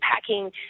packing